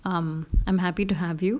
um I'm happy to have you